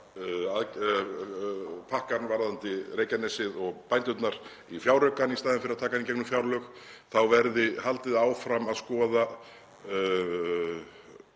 pakkann varðandi Reykjanesið og bændurna í fjáraukann í staðinn fyrir að taka hann inn í gegnum fjárlög þá verði haldið áfram að skoða